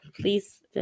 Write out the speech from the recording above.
Please